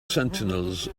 sentinels